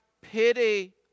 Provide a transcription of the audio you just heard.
pity